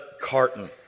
carton